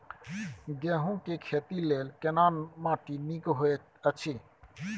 गेहूँ के खेती लेल केना माटी नीक होयत अछि?